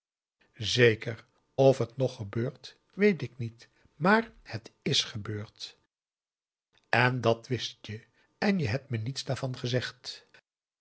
zeker of het nog gebeurt weet ik niet maar het is gebeurd en dat wist je en je hebt me niets daarvan gezegd